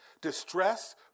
distress